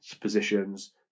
positions